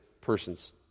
persons